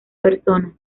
personas